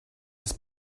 his